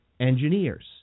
engineers